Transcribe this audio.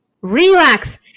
Relax